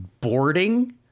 boarding